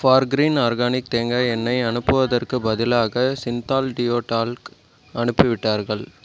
Forgreen organic தேங்காய் எண்ணெய் அனுப்புவதற்குப் பதிலாக சிந்தால் டியோ டால்க் அனுப்பிவிட்டார்கள்